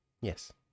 Yes